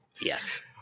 Yes